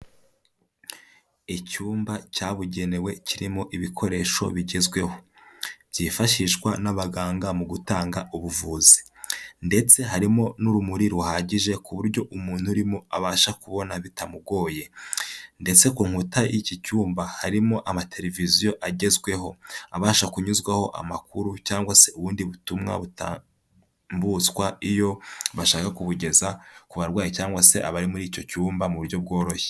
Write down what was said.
Icyumba cyabugenewe kirimo ibikoresho bigezweho byifashishwa n'abaganga mu gutanga ubuvuzi ndetse harimo n'urumuri ruhagije ku buryo umuntu urimo abasha kubona bitamugoye ndetse ku nkuta y'iki cyumba harimo amateleviziyo agezweho abasha kunyuzwaho amakuru cyangwa se ubundi butumwa butambutswa iyo bashaka kubugeza ku barwayi cyangwa se abari muri icyo cyumba mu buryo bworoshye.